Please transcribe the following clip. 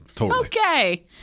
Okay